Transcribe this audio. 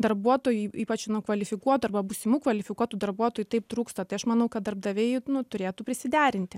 darbuotojų ypač kvalifikuotų arba būsimų kvalifikuotų darbuotojų taip trūksta tai aš manau kad darbdaviai nu turėtų prisiderinti